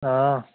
हां